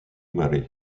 mare